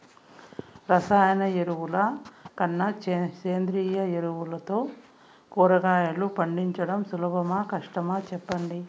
రసాయన ఎరువుల కన్నా సేంద్రియ ఎరువులతో కూరగాయలు పండించడం సులభమా కష్టమా సెప్పండి